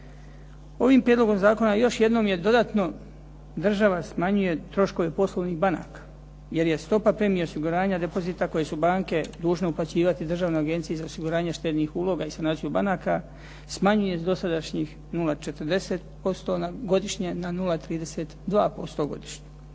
Ovim prijedlogom zakona još jednom je dodatno država smanjuje troškove poslovnih banaka, jer je stopa premije osiguranja depozita koje su banke dužne uplaćivati Državnoj agenciji za osiguranje štednih uloga i sanaciju banaka, smanjuje sa dosadašnjih 0,40% godišnje na 0,32% godišnje.